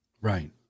Right